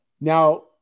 Now